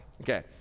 Okay